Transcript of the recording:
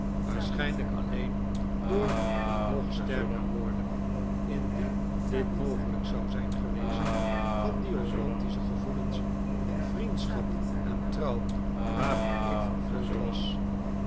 waarschijnlijk alleen door een nog sterker worden indien dit niogelijk zou zijn geweest van die romantischegevoelens van vriendschap en trouw waarvan ik vervuld was